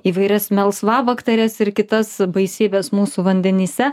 įvairias melsvabakteres ir kitas baisybes mūsų vandenyse